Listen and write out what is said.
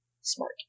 smart